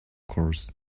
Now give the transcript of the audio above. course